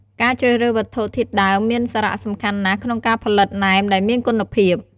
ការជ្រើសរើសវត្ថុធាតុដើមមានសារៈសំខាន់ណាស់ក្នុងការផលិតណែមដែលមានគុណភាព។